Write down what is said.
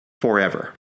forever